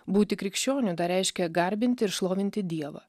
būti krikščioniu reiškia garbinti ir šlovinti dievą